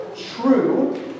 true